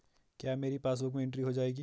क्या मेरी पासबुक में एंट्री हो जाएगी?